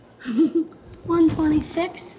126